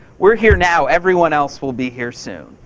we're here now. everyone else will be here soon.